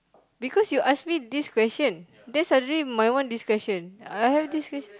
because you ask me this question then suddenly my one this question I have this question